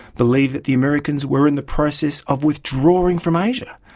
believed that the americans were in the process of withdrawing from asia.